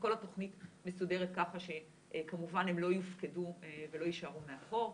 כל התוכנית מסודרת ככה שכמובן הם לא יופקדו ולא יישארו מאחור.